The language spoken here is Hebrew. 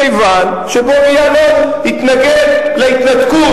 כיוון שבוגי יעלון התנגד להתנתקות,